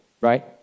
right